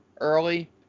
early